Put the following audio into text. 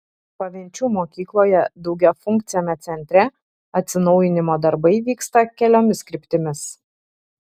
pavenčių mokykloje daugiafunkciame centre atsinaujinimo darbai vyksta keliomis kryptimis